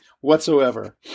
whatsoever